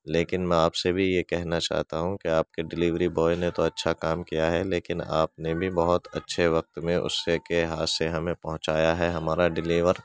لیکن میں آپ سے بھی یہ کہنا چاہتا ہوں کہ آپ کے ڈلیوری بوائے نے تو اچھا کام کیا ہے لیکن آپ نے بھی بہت اچھے وقت میں اس سے کے ہاتھ سے ہمیں پہنچایا ہے ہمارا ڈیلیور